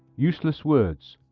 useless words.